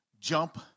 jump